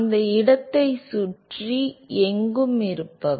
அந்த இடத்தைச் சுற்றி எங்கும் இருப்பவர்